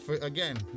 again